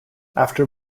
after